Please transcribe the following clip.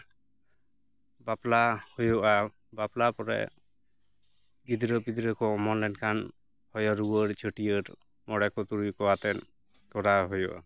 ᱵᱟᱯᱞᱟ ᱦᱩᱭᱩᱜᱼᱟ ᱵᱟᱯᱞᱟ ᱯᱚᱨᱮ ᱜᱤᱫᱽᱨᱟᱹᱼᱯᱤᱫᱽᱨᱟᱹ ᱠᱚ ᱚᱢᱚᱱ ᱞᱮᱱᱠᱷᱟᱱ ᱦᱚᱭᱚ ᱨᱩᱣᱟᱹᱲ ᱪᱷᱟᱹᱴᱭᱟᱹᱨ ᱢᱚᱬᱮᱠᱚ ᱛᱩᱨᱩᱭ ᱠᱚᱣᱟᱛᱮᱫ ᱠᱚᱨᱟᱣ ᱦᱩᱭᱩᱜᱼᱟ